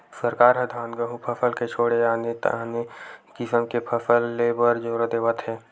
सरकार ह धान, गहूँ फसल के छोड़े आने आने किसम के फसल ले बर जोर देवत हे